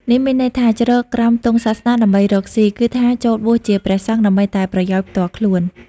នេះមានន័យថា ជ្រកក្រោមទង់សាសនាដើម្បីរកស៊ី គឺថាចូលបួសជាព្រះសង្ឃដើម្បីតែប្រយោជន៍ផ្ទាល់ខ្លួន។